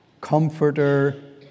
comforter